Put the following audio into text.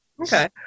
Okay